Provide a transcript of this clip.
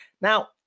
Now